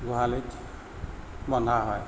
গোহালীত বন্ধা হয়